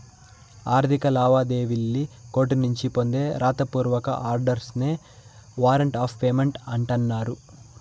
ఆర్థిక లావాదేవీల్లి కోర్టునుంచి పొందే రాత పూర్వక ఆర్డర్స్ నే వారంట్ ఆఫ్ పేమెంట్ అంటన్నారు